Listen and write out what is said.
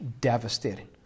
devastating